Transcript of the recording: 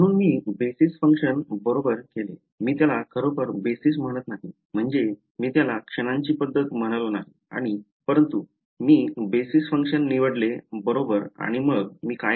म्हणून मी basis function बरोबर केले मी त्याला खरोखर बेसिस म्हणत नाही म्हणजे मी त्याला क्षणांची पद्धत म्हणालो नाही आणि परंतु मी बेसिस फंक्शन निवडले बरोबर आणि मग मी काय करावे